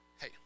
Hey